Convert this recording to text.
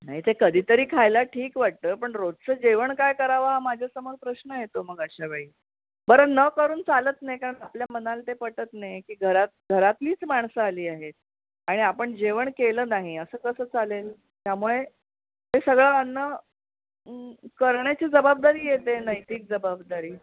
नाही ते कधीतरी खायला ठीक वाटतं पण रोजचं जेवण काय करावं हा माझ्यासमोर प्रश्न येतो मग अशावेळी बरं न करून चालत नाही कारण आपल्या मनाला ते पटत नाही की घरात घरातलीच माणसं आली आहेत आणि आपण जेवण केलं नाही असं कसं चालेल त्यामुळे ते सगळं अन्न करण्याची जबाबदारी येते नैतिक जबाबदारी